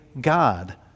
God